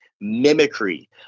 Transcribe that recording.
mimicry